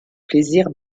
plaisirs